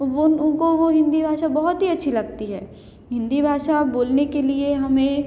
वो उनको वो हिन्दी भाषा बहुत ही अच्छी लगती है हिन्दी भाषा बोलने के लिए हमें